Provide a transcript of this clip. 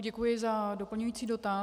Děkuji za doplňující dotaz.